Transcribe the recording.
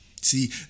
See